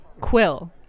Quill